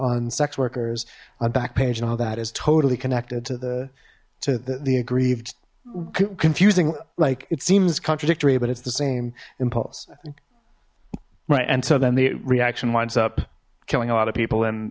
on sex workers on backpage and all that is totally connected to the to the aggrieved confusing like it seems contradictory but it's the same impulse i think right and so then the reaction winds up killing a lot of people